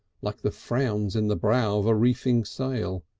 like the frowns in the brow of a reefing sail.